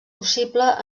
possible